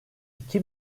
iki